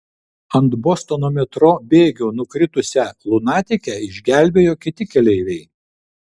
ant bostono metro bėgių nukritusią lunatikę išgelbėjo kiti keleiviai